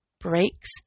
breaks